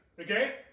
Okay